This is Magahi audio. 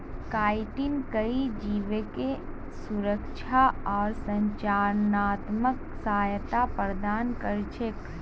काइटिन कई जीवके सुरक्षा आर संरचनात्मक सहायता प्रदान कर छेक